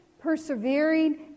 persevering